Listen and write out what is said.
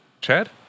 Chad